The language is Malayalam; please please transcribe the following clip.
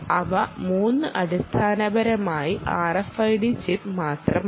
അവ 3 അടിസ്ഥാനപരമായി RFID ചിപ്പ് മാത്രമാണ്